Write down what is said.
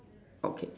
okay